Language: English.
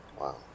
Wow